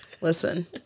Listen